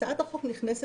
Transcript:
הצעת החוק נותנת